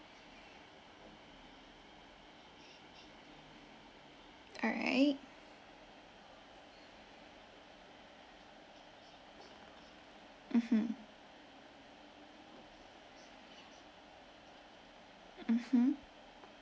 alright mmhmm mmhmm